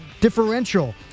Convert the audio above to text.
differential